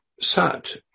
Sat